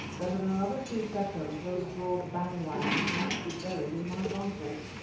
that in another three seconds those broad bangwans might be buried in my vitals.